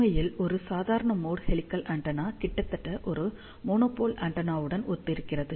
உண்மையில் ஒரு சாதாரண மோட் ஹெலிகல் ஆண்டெனா கிட்டத்தட்ட ஒரு மோனோபோல் ஆண்டெனாவுடன் ஒத்திருக்கிறது